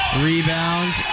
Rebound